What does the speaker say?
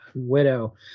widow